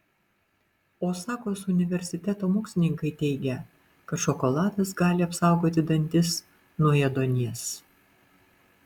osakos universiteto mokslininkai teigia kad šokoladas gali apsaugoti dantis nuo ėduonies